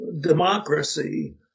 democracy